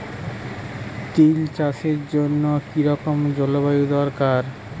তিল চাষের জন্য কি রকম জলবায়ু দরকার?